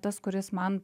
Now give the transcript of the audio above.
tas kuris man